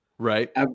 Right